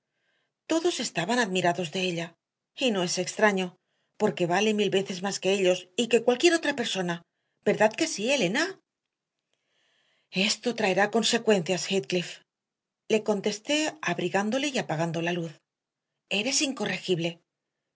todos estaban admirados de ella y no es extraño porque vale mil veces más que ellos y que cualquier otra persona verdad que sí elena esto traerá consecuencias heathcliff le contesté abrigándole y apagando la luz eres incorregible